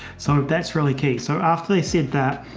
so that's really key. so after they said that,